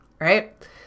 right